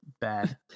Bad